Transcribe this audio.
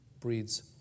breeds